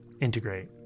integrate